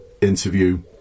interview